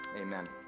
amen